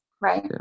right